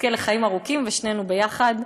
יזכה לחיים ארוכים, ושנינו יחד,